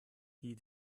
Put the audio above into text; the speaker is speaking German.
die